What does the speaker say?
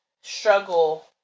struggle